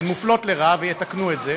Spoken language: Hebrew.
הן מופלות לרעה ויתקנו את זה,